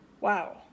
Wow